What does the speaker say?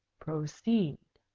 proceed.